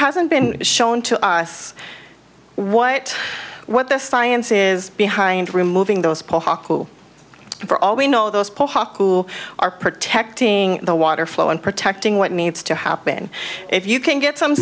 hasn't been shown to us what what the science is behind removing those for all we know those who are protecting the water flow and protecting what needs to happen if you can get some